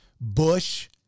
Bush